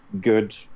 good